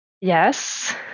yes